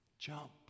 jump